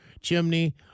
chimney